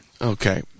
Okay